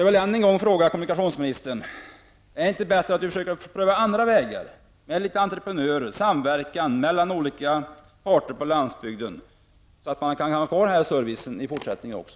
Ännu en gång vill jag fråga kommunikationsministern: Är det inte bättre att försöka pröva andra vägar -- med entreprenörer eller samverkan mellan olika parter på landsbygden -- för att möjliggöra att den här servicen kan finnas i fortsättningen också?